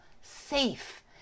safe